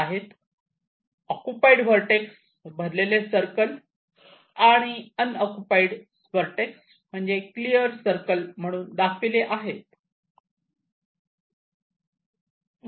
occupied vertex भरलेले circle आणि unoccupied vertex clear circle म्हणून दाखविले आहे